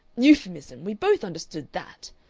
euphuism. we both understood that.